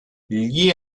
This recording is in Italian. gli